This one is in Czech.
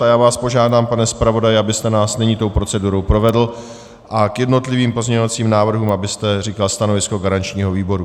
A já vás požádám, pane zpravodaji, abyste nás nyní tou procedurou provedl a k jednotlivým pozměňovacím návrhům říkal stanovisko garančního výboru.